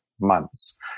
months